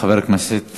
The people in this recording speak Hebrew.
חבר הכנסת